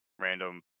random